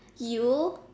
you